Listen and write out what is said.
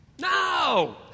No